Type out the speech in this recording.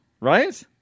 right